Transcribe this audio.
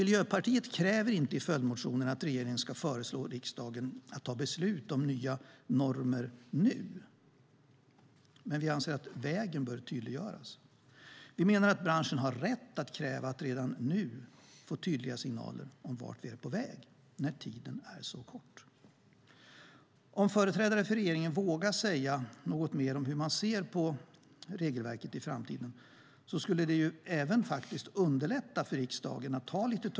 Miljöpartiet kräver inte i följdmotionen att regeringen ska föreslå riksdagen att ta beslut om nya normer nu, men vi anser att vägen bör tydliggöras.